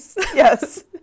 Yes